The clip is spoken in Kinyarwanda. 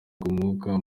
umwuka